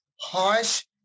harsh